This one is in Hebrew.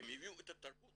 והם הביאו את התרבות